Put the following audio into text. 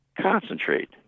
concentrate